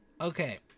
Okay